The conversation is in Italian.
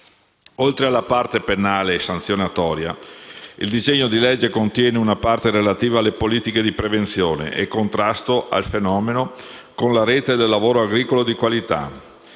Oltre alla parte penale e sanzionatoria, il disegno di legge contiene una parte relativa alle politiche di prevenzione e contrasto al fenomeno, con la Rete del lavoro agricolo di qualità.